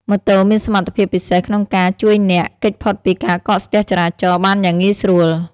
ម៉ូតូមានសមត្ថភាពពិសេសក្នុងការជួយអ្នក គេចផុតពីការកកស្ទះចរាចរណ៍ បានយ៉ាងងាយស្រួល។